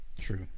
True